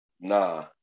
Nah